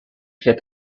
had